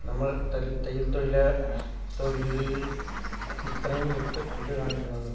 നമ്മൾ തയ് തയ്യൽ തൊഴൽ തൊഴിലിൽ ഇത്രയും ഇത് കാണിക്കുന്നത്